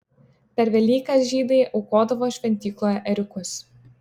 per velykas žydai aukodavo šventykloje ėriukus